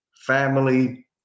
family